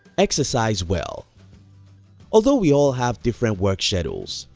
exercise well although we all have different work schedules,